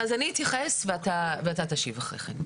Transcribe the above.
אז אני אתייחס ואתה תשיב אחרי כן.